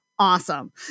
awesome